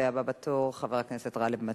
חבר הכנסת אבישי ברוורמן.